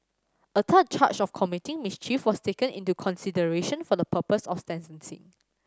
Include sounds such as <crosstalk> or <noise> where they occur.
a third charge of committing mischief was taken into consideration for the purpose of <unintelligible>